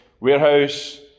warehouse